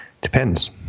Depends